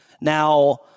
Now